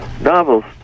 novels